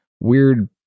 weird